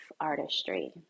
artistry